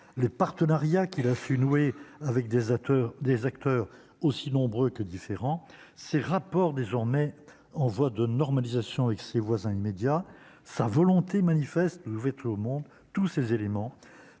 les partenariats qu'il a su nouer avec des acteurs, des acteurs aussi nombreux que différents ses rapports, désormais en voie de normalisation avec ses voisins immédiats, sa volonté manifeste nous tout le monde, tous ces éléments